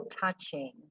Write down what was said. touching